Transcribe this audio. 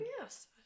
Yes